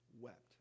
wept